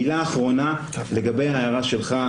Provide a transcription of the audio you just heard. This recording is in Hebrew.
מילה אחרונה לגבי ההערה שלך,